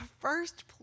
first